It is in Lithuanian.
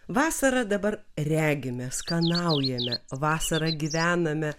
vasarą dabar regime skanaujame vasara gyvename